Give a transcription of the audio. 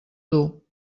dur